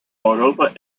europa